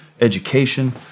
education